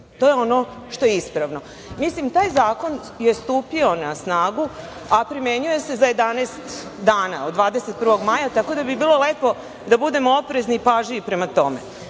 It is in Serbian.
To je ono što je ispravno. Mislim, taj zakon je stupio na snagu, a primenjuje se za 11 dana, od 21. maja, tako da bi bilo lepo da budemo oprezni i pažljivi prema